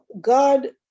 God